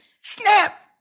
Snap